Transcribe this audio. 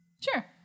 Sure